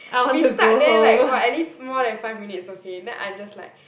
we stuck there like what at least more than five minutes okay then I just like